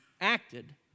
acted